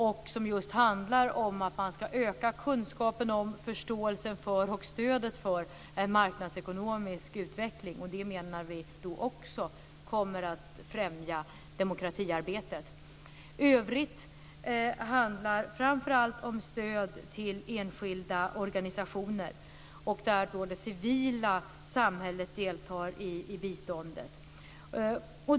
Det handlar just om att man ska öka kunskapen om, förståelsen för och stödet för marknadsekonomisk utveckling. Vi menar att det också kommer att främja demokratiarbetet. I övrigt handlar det framför allt om stöd till enskilda organisationer, och där det civila samhället deltar i biståndet.